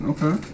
Okay